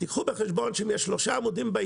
תיקחו בחשבון שאם יש שלושה עמודים שלמים